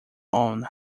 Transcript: own